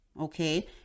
okay